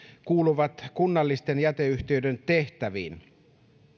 kuuluvat kunnallisten jäteyhtiöiden tehtäviin